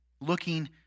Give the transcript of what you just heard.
looking